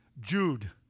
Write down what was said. Jude